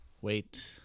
Wait